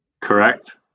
Correct